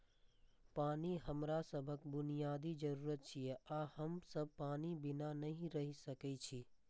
पानि हमरा सभक बुनियादी जरूरत छियै आ हम सब पानि बिना नहि रहि सकै छी